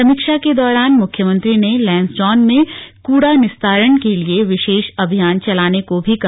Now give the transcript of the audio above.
समीक्षा के दौरान मुख्यमंत्री ने लैन्सडौन में कूड़ा निस्तारण के लिए विशेष अभियान चलाने को भी कहा